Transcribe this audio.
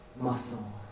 muscle